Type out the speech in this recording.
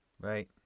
Right